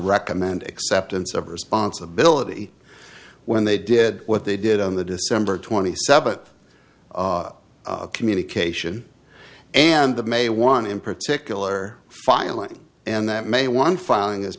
recommend acceptance of responsibility when they did what they did on the december twenty seventh communication and that may one in particular filing and that may want filing